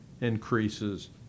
increases